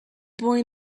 boy